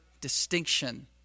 distinction